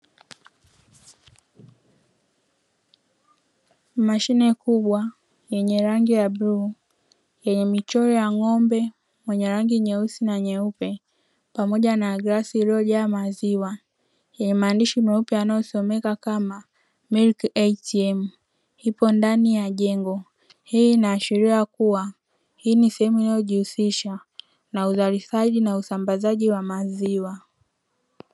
Mashine kubwa yenye rangi ya bluu yenye michoro ya ng'ombe wenye rangi nyeusi na nyeupe pamoja na glasi iliyojaa maziwa, yenye maandishi meupe yanayosomeka kama "miliki ATM" ipo ndani ya jengo. Hii inaashiria kuwa hii ni sehemu inayojihusisha na uzalishaji na usambazaji wa maziwa.